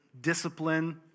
discipline